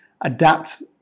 adapt